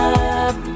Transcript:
up